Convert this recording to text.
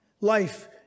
Life